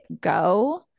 go